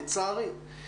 לצערי.